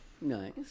Nice